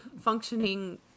functioning